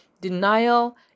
Denial